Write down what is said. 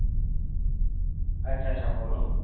अच्छा अच्छा बोल्लो